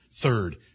Third